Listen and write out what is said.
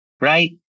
right